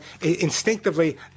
instinctively